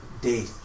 Day